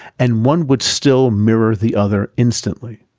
and one would still mirror the other instantly.